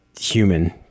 human